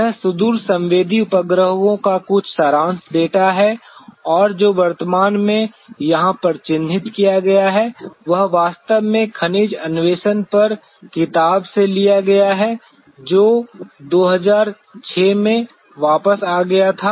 यह सुदूर संवेदी उपग्रहों का कुछ सारांश डेटा है और जो वर्तमान में यहां पर चिह्नित किया गया है वह वास्तव में खनिज अन्वेषण पर किताब से लिया गया है जो 2006 में वापस आ गया था